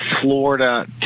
Florida